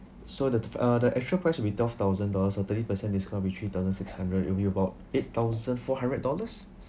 so the uh the actual price will be twelve thousand dollars and thirty percent discount means three thousand six hundred it'll be about eight thousand four hundred dollars